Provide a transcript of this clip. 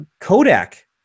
Kodak